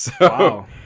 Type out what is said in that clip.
wow